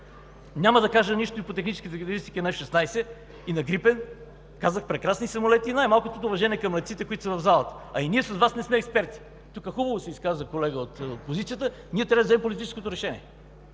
Няма да кажа нищо и по техническите характеристики на F-16 и на „Грипен“ – казах, прекрасни самолети, най-малкото от уважение към летците, които са в залата, а и ние с Вас не сме експерти. Тук хубаво се изказа колега от опозицията: ние трябва да вземем политическото решение,